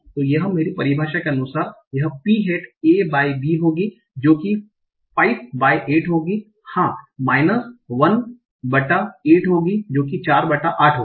तो मेरी परिभाषा के अनुसार यह P hat A by B होगी जो कि 5 बाय 8 होगी हां माइनस 1 बटा 8 होगी जो कि 4 बटा 8 होगी